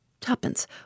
Tuppence